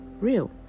real